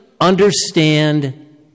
understand